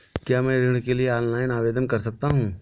क्या मैं ऋण के लिए ऑनलाइन आवेदन कर सकता हूँ?